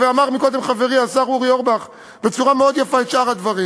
ואמר קודם חברי השר אורי אורבך בצורה מאוד יפה את שאר הדברים.